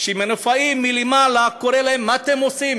שמנופאי קורא להם מלמעלה: מה אתם עושים?